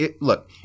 look